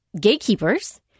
gatekeepers